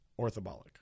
orthobolic